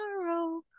tomorrow